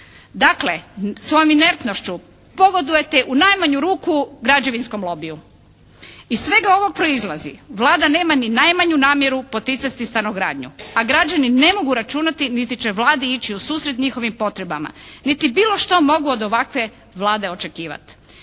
se ne razumije./… pogodujete u najmanju ruku građevinskom lobiju. Iz svega ovog proizlazi Vlada nema ni najmanju namjeru poticati stanogradnju, a građani ne mogu računati niti će Vladi ići u susret njihovim potrebama niti bilo što mogu od ovakve Vlade očekivati.